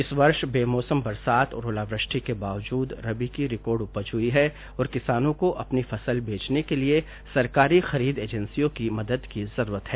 इस वर्ष बेमौसम बरसात और ओलावृष्टि के बावजूद रबी की रिकॉर्ड उपज हुई है और किसानों को अपनी फसल बेचने के लिए सरकारी खरीद एजेंसियों की मदद की जरूरत है